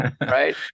right